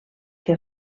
que